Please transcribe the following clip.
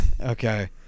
Okay